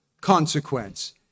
consequence